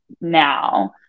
now